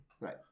Right